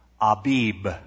Abib